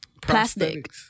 Plastic